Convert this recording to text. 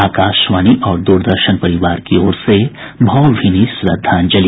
आकाशवाणी और दूरदर्शन परिवार की ओर से भावभीनी श्रद्धांजलि